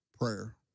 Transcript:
prayer